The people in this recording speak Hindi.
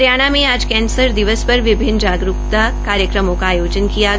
हरियाणा में आज कैंसर दिवस पर विभिन्न जागरूक कार्यक्रमों का आयोजन किया गया